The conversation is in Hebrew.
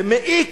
זה מעיק.